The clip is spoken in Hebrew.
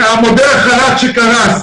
מודל החל"ת שקרס,